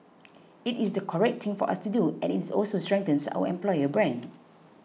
it is the correct thing for us to do and its also strengthens our employer brand